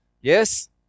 Yes